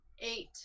Eight